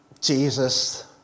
Jesus